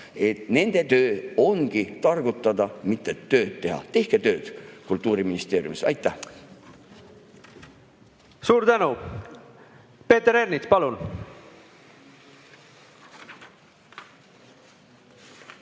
nende töö ongi targutada, mitte tööd teha. Tehke tööd Kultuuriministeeriumis! Aitäh! Suur tänu! Peeter Ernits, palun!